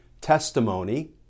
testimony